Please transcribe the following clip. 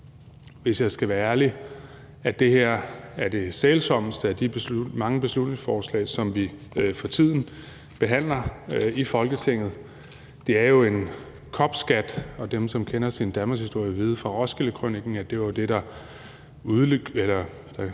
hvis jeg skal være ærlig, at det her er det mest sælsomme af de mange beslutningsforslag, som vi for tiden behandler i Folketinget. Det er jo en kopskat, og dem, som kender deres danmarkshistorie, vil vide fra Roskildekrøniken, at det var det, der gjorde